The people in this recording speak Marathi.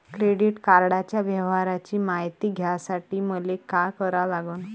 क्रेडिट कार्डाच्या व्यवहाराची मायती घ्यासाठी मले का करा लागन?